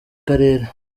karere